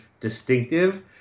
distinctive